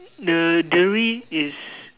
the delivery is